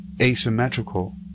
asymmetrical